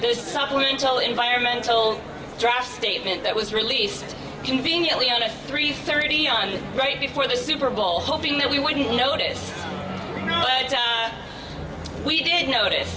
supplemental environmental draft statement that was released conveniently out at three thirty on right before the super bowl hoping that we wouldn't notice we didn't notice